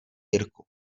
jirku